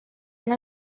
and